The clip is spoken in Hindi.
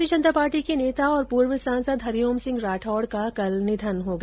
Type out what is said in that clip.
भारतीय जनता पार्टी के नेता और पूर्व सांसद हरिओम सिंह राठौड़ का कल निधन हो गया